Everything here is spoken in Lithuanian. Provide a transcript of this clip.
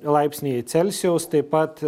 laipsniai celsijaus taip pat